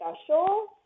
special